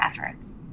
efforts